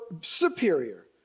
superior